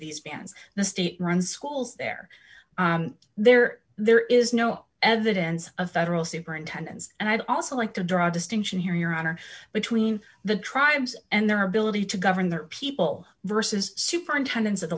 these bands the state run schools they're there there is no evidence of federal superintendents and i'd also like to draw distinction here your honor between the tribes and their ability to govern their people versus superintendents